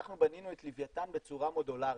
אנחנו בנינו את לווייתן בצורה מודולרית.